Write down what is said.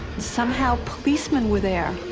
somehow, policemen were there.